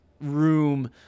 room